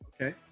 Okay